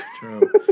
true